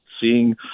seeing